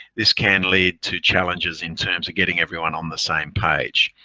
this can lead to challenges in terms of getting everyone on the same page.